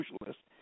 socialists